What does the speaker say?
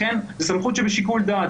לכן זאת סמכות שבשיקול דעת,